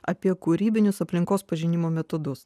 apie kūrybinius aplinkos pažinimo metodus